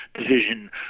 division